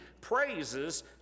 praises